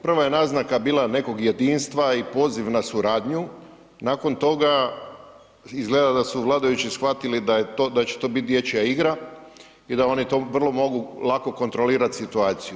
Prva je naznaka bila nekog jedinstva i poziv na suradnju, nakon toga izgleda da su vladajući shvatili da će to biti dječja igra i da oni to mogu vrlo lako kontrolirati situaciju.